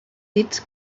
dits